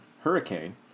hurricane